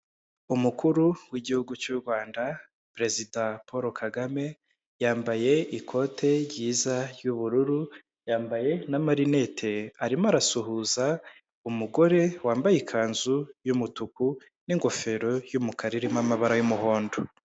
Umukuru w'igihugu cy'u Rwanda perezida Paul Kagame, yambaye ikote ryiza ry'ubururu, yambaye n'amarinete, arimo arasuhuza umugore wambaye ikanzu y'umutuku n'ingofero y'umukara irimo amabara y'umuhondo.